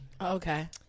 Okay